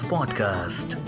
Podcast